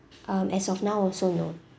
um as of now also no